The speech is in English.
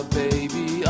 baby